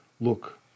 look